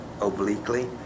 obliquely